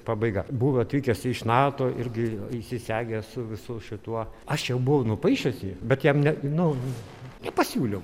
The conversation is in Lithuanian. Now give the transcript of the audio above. pabaiga buvo atvykęs iš nato irgi įsisegęs su visu šituo aš jau buvo nupaišęs jį bet jam nu nepasiūliau